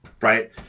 right